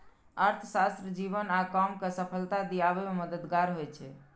अर्थशास्त्र जीवन आ काम कें सफलता दियाबे मे मददगार होइ छै